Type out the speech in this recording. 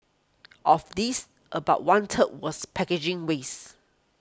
of this about one third was packaging ways